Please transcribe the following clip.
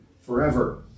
forever